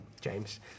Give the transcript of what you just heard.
James